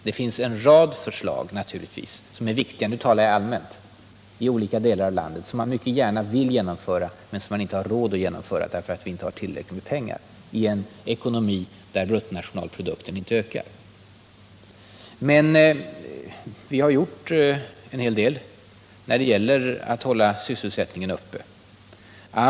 Det finns en rad förslag till åtgärder som är viktiga och som vi gärna skulle vilja genomföra men som vi inte har råd att genomföra därför att vi inte har tillräckligt med pengar i en ekonomi där bruttonationalprodukten inte ökar. Men vi har ändå gjort en hel del för att hålla sysselsättningen uppe.